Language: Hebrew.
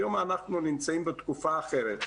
היום אנחנו נמצאים בתקופה אחרת.